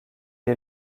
est